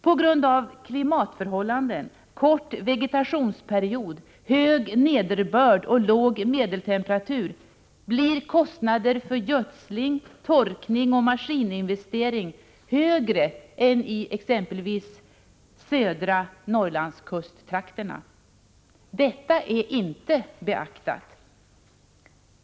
På grund av klimatförhållanden, kort vegetationsperiod, riklig nederbörd och låg medeltemperatur blir kostnader för gödsling, torkning och maskininvestering högre än i exempelvis södra Norrlands kusttrakter. Detta är inte beaktat.